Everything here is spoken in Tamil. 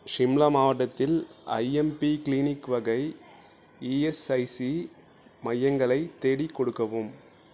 ஷிம்லா மாவட்டத்தில் ஐஎம்பி க்ளினிக் வகை இஎஸ்ஐசி மையங்களை தேடிக் கொடுக்கவும்